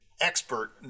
expert